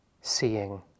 seeing